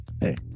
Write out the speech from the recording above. hey